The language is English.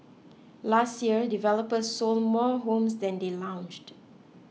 last year developers sold more homes than they launched